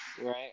Right